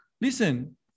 listen